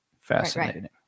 Fascinating